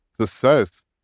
success